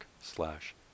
slash